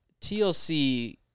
TLC